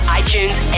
iTunes